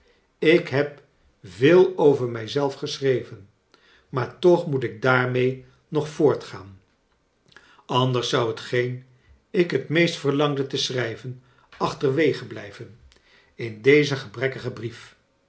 ik heb veel over mij zelf geschreven maar toch moet ik daarmee nog voortgaan anders zou hetgeen ik het meest verlangde te schrijven achterwege blijven in dezen gebrekkigen brief